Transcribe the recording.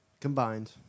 combined